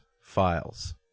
files